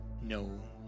no